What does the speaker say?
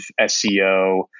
SEO